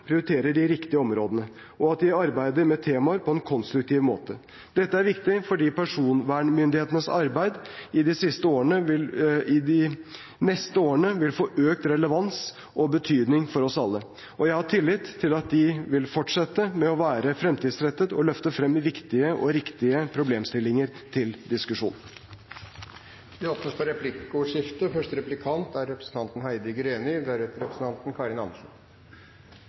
prioriterer de riktige områdene, og at de arbeider med temaer på en konstruktiv måte. Dette er viktig, fordi personvernmyndighetenes arbeid i de neste årene vil få økt relevans og betydning for oss alle – og jeg har tillit til at de vil fortsette med å være fremtidsrettede og løfte frem viktige og riktige problemstillinger til diskusjon. Det blir replikkordskifte. En samlet komité er